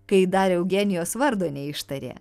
kai dar eugenijos vardo neištarė